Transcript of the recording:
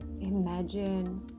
imagine